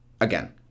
Again